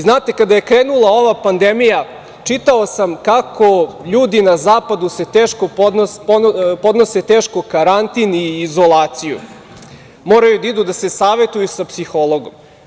Znate, kada je krenula ova pandemija čitao sam kako ljudi na zapadu teško podnose karantin i izolaciju, moraju da idu da se savetuju sa psihologom.